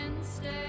Stay